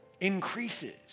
increases